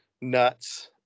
nuts